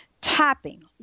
Tapping